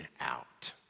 out